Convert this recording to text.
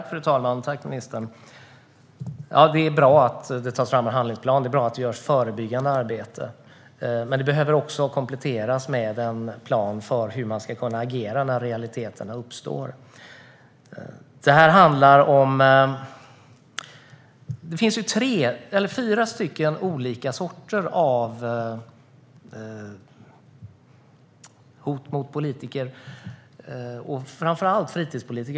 Fru talman! Tack, ministern! Det är bra att det tas fram en handlingsplan, och det är bra att det görs förebyggande arbete. Men det behöver kompletteras med en plan för hur man ska kunna agera när realiteterna uppstår. Det finns fyra stycken olika sorter av hot mot politiker, framför allt fritidspolitiker.